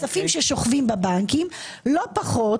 מכספים ששוכבים בבנקים לא פחות